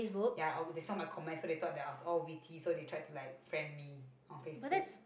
ya or they saw my comment so they thought that I oh witty so they try to like friend me on Facebook